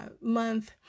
month